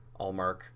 Allmark